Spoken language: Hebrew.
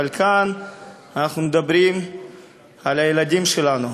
אבל כאן אנחנו מדברים על הילדים שלנו,